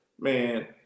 Man